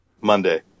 Monday